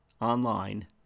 online